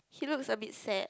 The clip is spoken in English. he looks a bit sad